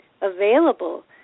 available